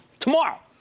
Tomorrow